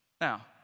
Now